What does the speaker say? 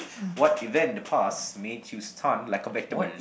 what event in the past made you stun like a vegetable